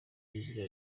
izina